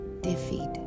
defeat